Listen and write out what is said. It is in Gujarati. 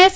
એસ